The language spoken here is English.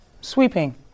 Sweeping